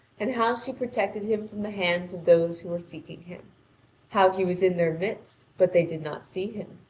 and how she protected him from the hands of those who were seeking him how he was in their midst but they did not see him.